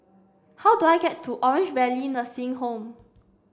how do I get to Orange Valley Nursing Home